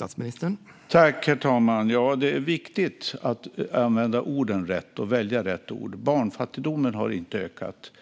Herr talman! Det är viktigt att använda orden rätt och att välja rätt ord. Barnfattigdomen har inte ökat.